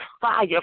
fire